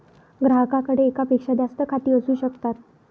ग्राहकाकडे एकापेक्षा जास्त खाती असू शकतात